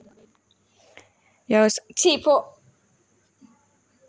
వ్యవసాయ ఉపయోగం కోసం వాడే వాటిలో ట్రక్కులు ప్రధానమైనవి